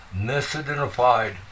misidentified